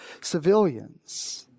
civilians